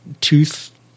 tooth